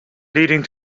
leading